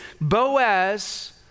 Boaz